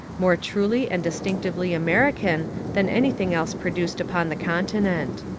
more truly and distinctively american than anything else pro duced upon the continent.